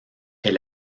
est